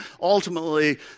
ultimately